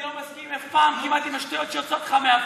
אני לא מסכים כמעט אף פעם עם השטויות שיוצאות לך מהפה,